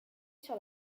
sur